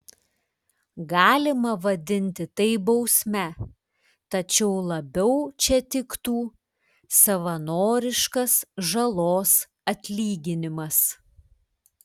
galima vadinti tai bausme tačiau labiau čia tiktų savanoriškas žalos atlyginimas